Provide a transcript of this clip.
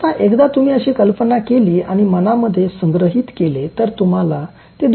आता एकदा तुम्ही अशी कल्पना केली आणि मनामध्ये संग्रहित केले तर तुम्हाला ते दोन्ही लक्षात राहील